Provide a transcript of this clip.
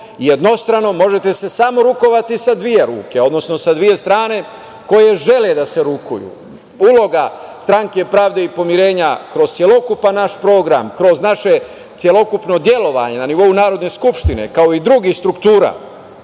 jednostrano, možete se samo rukovati sa dve ruke, odnosno sa dve strane koje žele da se rukuju. Uloga Stranke pravde i pomirenja kroz celokupan naš program, kroz naše celokupno delovanje na nivou Narodne Skupštine, kao i drugih struktura,